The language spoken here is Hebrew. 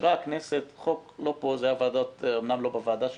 בוועדת העבודה ורווחה, חוק המרשים,